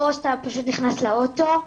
או שאתה פשוט נכנס לאוטו.